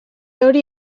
hori